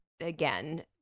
again